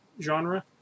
genre